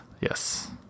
Yes